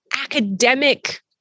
academic